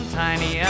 tiny